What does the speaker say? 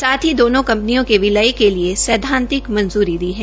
साथ ही दोनों कंपनियों के विलय के लिए सैद्वांतिक मंजूरी दे दी है